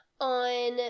on